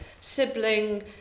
sibling